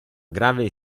grave